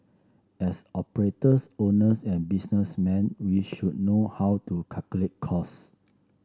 as operators owners and businessmen we should know how to calculate cost